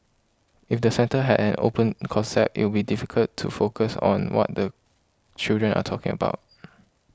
if the centre had an open concept it would difficult to focus on what the children are talking about